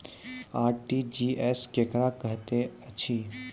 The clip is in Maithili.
आर.टी.जी.एस केकरा कहैत अछि?